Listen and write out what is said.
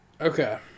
okay